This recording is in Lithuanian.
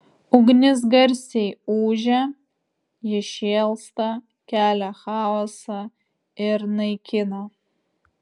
ugnis garsiai ūžia ji šėlsta kelia chaosą ir naikina